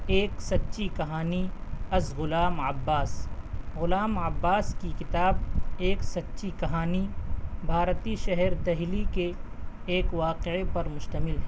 ایک سچی کہانی از غلام عباس غلام عباس کی کتاب ایک سچی کہانی بھارتیہ شہر دہلی کے ایک واقعے پر مشتمل ہے